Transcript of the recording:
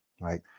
right